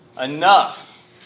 enough